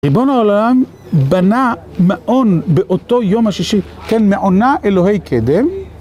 ריבון העולם בנה מעון באותו יום השישי, כן מעונה אלוהי קדם